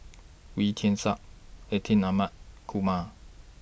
Wee Tian Siak Atin Amat Kumar